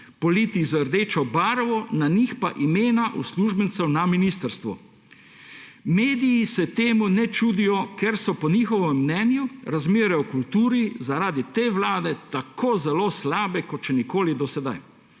politih z rdečo barvo, na njih pa imena uslužbencev na ministrstvu. Mediji se temu ne čudijo, ker so po njihovem mnenju razmere v kulturi zaradi te vlade tako zelo slabe kot še nikoli do sedaj.